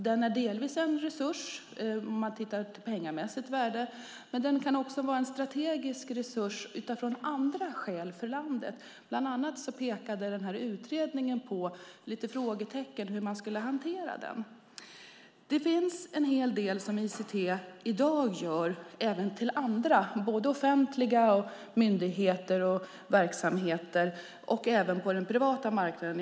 Den är delvis en resurs med ett pengamässigt värde, men den kan också vara en strategisk resurs för landet av andra skäl. Bland annat pekade utredningen på en del frågetecken när det gällde hur man skulle hantera den. Det finns en hel del som ICT gör för andra, både myndigheter och andra offentliga verksamheter och på den privata marknaden.